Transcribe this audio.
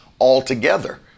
altogether